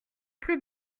plus